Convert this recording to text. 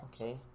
okay